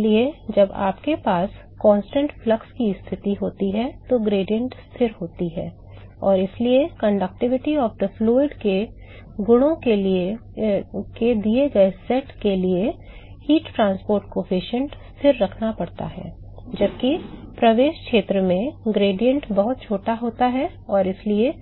इसलिए जब आपके पास स्थिर प्रवाह की स्थिति होती है तो ढाल स्थिर होती है और इसलिए द्रव की चालकता के गुणों के दिए गए सेट के लिए ऊष्मा परिवहन गुणांक स्थिर रहना पड़ता है जबकि प्रवेश क्षेत्र में ढाल बहुत छोटा होता है और इसलिए